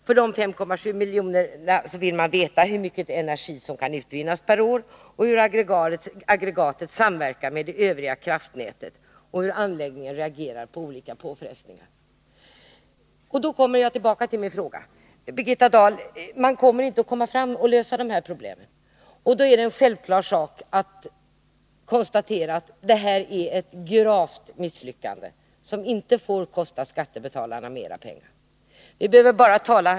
För dessa 5,7 miljoner skall man studera hur mycket energi som kan utvinnas per år, hur aggregatet samverkar med det övriga kraftnätet samt hur anläggningen reagerar på olika påfrestningar. Och då kommer jag tillbaka till min fråga. Man kommer inte, Birgitta Dahl, att kunna lösa de här problemen. Då är det en självklar sak att det här är ett gravt misslyckande, som inte får kosta skattebetalarna mera pengar.